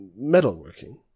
metalworking